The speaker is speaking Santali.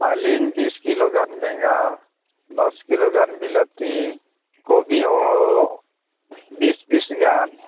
ᱟᱹᱞᱤᱧ ᱵᱤᱥ ᱠᱤᱞᱳ ᱜᱟᱱ ᱵᱮᱸᱜᱟᱲ ᱫᱚᱥ ᱠᱤᱞᱳ ᱜᱟᱱ ᱵᱤᱞᱟᱹᱛᱤ ᱠᱚᱯᱤ ᱵᱤᱥ ᱯᱤᱥ ᱜᱟᱱ